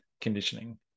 conditioning